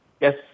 Yes